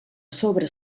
sobre